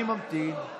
אני ממתין.